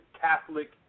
Catholic